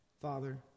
Father